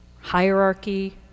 hierarchy